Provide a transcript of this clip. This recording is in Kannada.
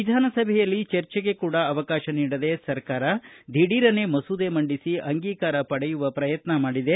ವಿಧಾನಸಭೆಯಲ್ಲಿ ಚರ್ಚೆಗೆ ಕೂಡ ಅವಕಾಶ ನೀಡದೆ ಸರ್ಕಾರ ದಿಢೀರನೆ ಮಸೂದೆ ಮಂಡಿಸಿ ಅಂಗೀಕಾರ ಪಡೆಯುವ ಪ್ರಯತ್ನ ಮಾಡಿದೆ